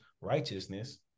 righteousness